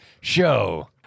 show